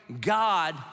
God